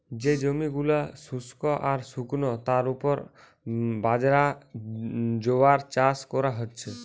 যে জমি গুলা শুস্ক আর শুকনো তার উপর বাজরা, জোয়ার চাষ কোরা হচ্ছে